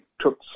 took